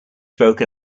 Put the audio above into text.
broken